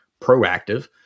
proactive